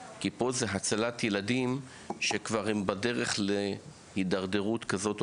כי פה זה הצלת ילדים שכבר הם בדרך להתדרדרות כזאת,